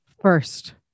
First